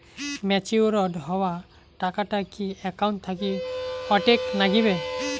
Matured হওয়া টাকাটা কি একাউন্ট থাকি অটের নাগিবে?